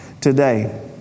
today